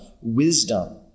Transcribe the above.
Wisdom